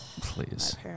Please